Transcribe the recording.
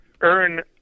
earn